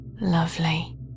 Lovely